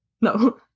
No